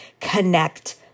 connect